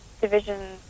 Division